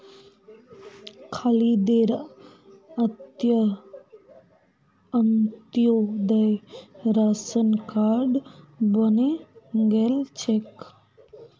खालिदेर Antyodaya ration card बने गेल छेक